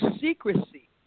secrecy